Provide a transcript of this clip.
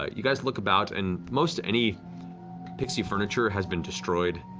ah you guys look about, and most any pixie furniture has been destroyed.